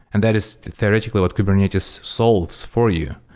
and that is theoretically what kubernetes solves for you.